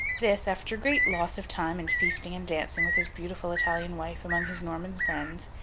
this, after great loss of time in feasting and dancing with his beautiful italian wife among his norman friends,